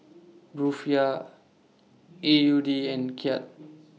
Rufiyaa A U D and Kyat